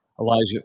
Elijah –